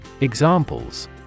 Examples